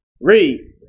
read